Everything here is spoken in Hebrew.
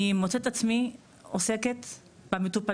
אני מוצאת את עצמי עוסקת במטופלים,